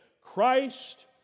Christ